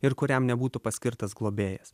ir kuriam nebūtų paskirtas globėjas